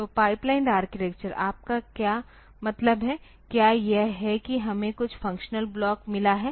तो pipelined architecture आपका क्या मतलब है क्या यह है कि हमें कुछ फंक्शनल ब्लॉक मिला है